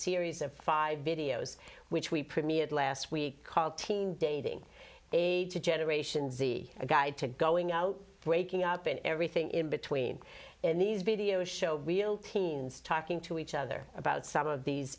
series of five videos which we premiered last week called teen dating a generation z a guide to going out breaking up in everything in between in these videos show real teens talking to each other about some of these